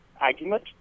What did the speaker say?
argument